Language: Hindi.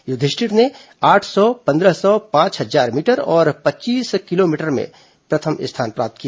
युधिष्ठिर ने आठ सौ पन्द्रह सौ पांच हजार मीटर और पच्चीस किलोमीटर दौड़ में प्रथम स्थान प्राप्त किया